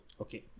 Okay